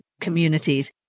communities